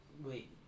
wait